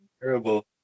terrible